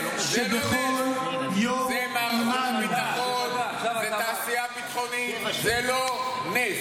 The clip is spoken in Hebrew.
שבכל יום עימנו" --- לא, זה לא נס.